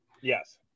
yes